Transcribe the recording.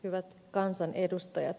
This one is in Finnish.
hyvät kansanedustajat